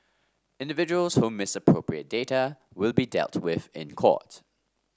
individuals who misappropriate data will be dealt with in court